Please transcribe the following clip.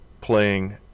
playing